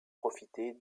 profiter